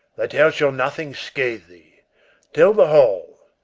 thy tale shall nothing scathe thee tell the whole.